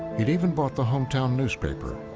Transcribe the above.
he'd even bought the hometown newspaper.